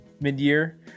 mid-year